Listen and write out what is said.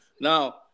Now